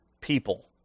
people